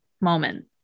moment